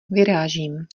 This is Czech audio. vyrážím